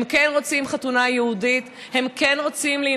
הם כן רוצים חתונה יהודית,